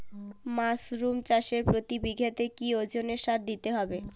Mushroom চাষে প্রতি বিঘাতে কি ওজনে সার দিতে হবে?